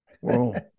Whoa